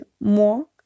more